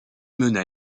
mena